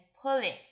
pulling